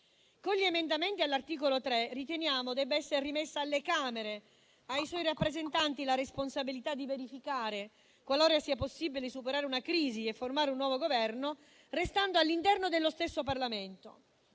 Con gli emendamenti all'articolo 3 riteniamo debba essere rimessa alle Camere e ai suoi rappresentanti la responsabilità di verificare se sia possibile superare una crisi e formare un nuovo Governo, restando all'interno dello stesso Parlamento.